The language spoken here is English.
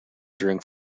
during